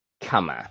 Come